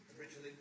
Originally